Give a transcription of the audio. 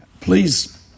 please